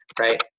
right